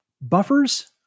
buffers